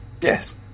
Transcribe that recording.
Yes